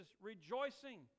rejoicing